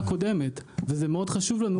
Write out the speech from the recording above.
הקודמת וזה מאוד חשוב לנו לקדם את זה.